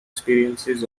experiences